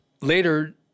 Later